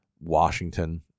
Washington